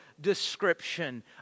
description